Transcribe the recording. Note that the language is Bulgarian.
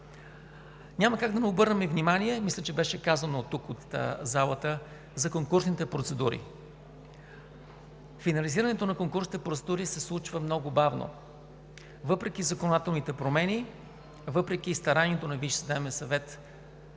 Няма как да не обърнем внимание, мисля, че беше казано тук в залата, на конкурсните процедури. Финализирането на конкурсните процедури се случва много бавно въпреки законодателните промени, въпреки старанието на